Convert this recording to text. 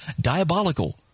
diabolical